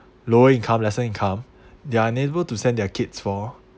lower income lesser income they're unable to send their kids for